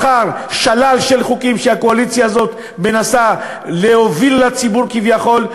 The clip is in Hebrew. מחר שלל חוקים שהקואליציה הזאת מנסה להוביל לציבור כביכול,